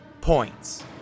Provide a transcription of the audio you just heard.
points